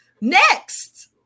Next